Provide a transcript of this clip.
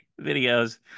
videos